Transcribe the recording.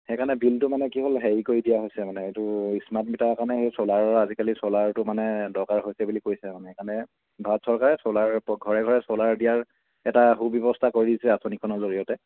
সেইকাৰণে বিলটো মানে কি হ'ল হেৰি কৰি দিয়া হৈছে মানে এইটো স্মাৰ্ট মিটাৰ কাৰণে সেই চ'লাৰৰ আজিকালি চ'লাৰটো মানে দৰকাৰ হৈছে বুলি কৈছে মানে সেইকাৰণে ভাৰত চৰকাৰে চ'লাৰ ঘৰে ঘৰে চ'লাৰ দিয়াৰ এটা সু ব্যৱস্থা কৰিছে আঁচনিখনৰ জৰিয়তে